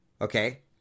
Okay